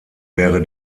wäre